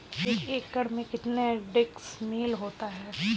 एक एकड़ में कितने डिसमिल होता है?